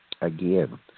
Again